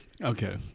Okay